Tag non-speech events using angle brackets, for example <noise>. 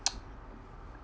<noise>